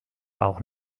auch